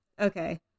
okay